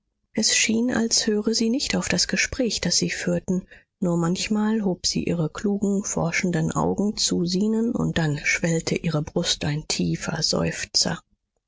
es schien als höre sie nicht auf das gespräch das sie führten nur manchmal hob sie ihre klugen forschenden augen zu zenon und dann schwellte ihre brust ein tiefer seufzer